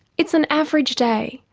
it's an average day.